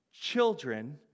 children